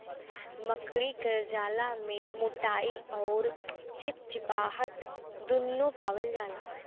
मकड़ी क जाला में मोटाई अउर चिपचिपाहट दुन्नु पावल जाला